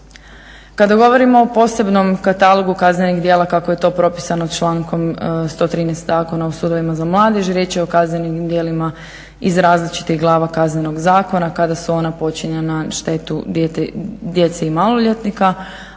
Kada govorimo o posebnom katalogu kaznenih djela kako je to propisano člankom 113. Zakona o sudovima za mladež riječ je o kaznenim djelima iz različitih glava Kaznenog zakona kada su ona počinjena na štetu djece i maloljetnika,